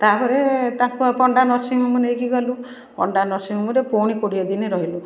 ତା'ପରେ ତାଙ୍କୁ ଆଉ ପଣ୍ଡା ନର୍ସିଂହୋମ୍ ନେଇକିଗଲୁ ପଣ୍ଡା ନର୍ସିଂହୋମରେ ପୁଣି କୋଡ଼ିଏ ଦିନ ରହିଲୁ